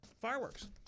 fireworks